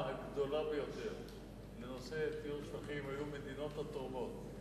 הגדולה ביותר לנושא טיהור שפכים היה המדינות התורמות.